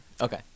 Okay